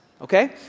Okay